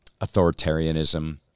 authoritarianism